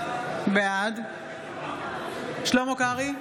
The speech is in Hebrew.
בעד שלמה קרעי,